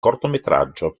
cortometraggio